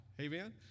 amen